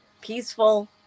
Peaceful